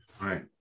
right